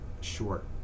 short